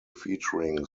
featuring